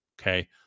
okay